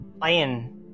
playing